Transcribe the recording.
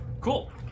cool